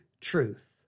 truth